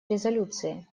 резолюции